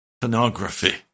pornography